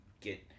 get